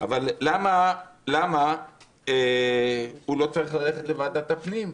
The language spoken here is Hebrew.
אבל למה הוא לא צריך ללכת לוועדת הפנים?